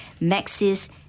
Maxis